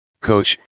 coach